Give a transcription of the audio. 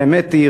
האמת היא,